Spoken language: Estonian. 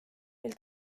mil